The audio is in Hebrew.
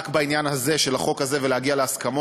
רק בעניין הזה של החוק הזה ולהגיע להסכמות.